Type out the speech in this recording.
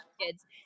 kids